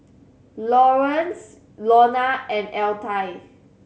Lawerence Lonna and Altie